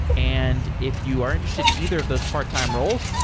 and if you are interested in either of those part-time roles,